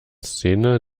szene